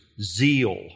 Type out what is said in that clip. zeal